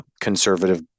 conservative